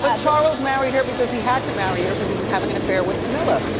but charles married her because he had to marry her because he was having an affair with camilla.